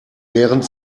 während